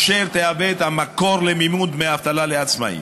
אשר תהווה את המקור למימון דמי האבטלה לעצמאים.